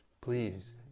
please